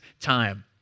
time